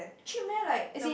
cheap meh like the